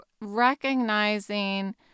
Recognizing